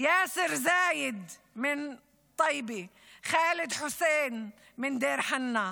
יאסר זאיד מטייבה, חאלד חוסיין מדיר חנא,